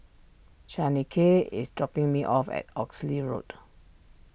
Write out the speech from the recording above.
Shaniqua is dropping me off at Oxley Road